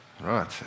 Right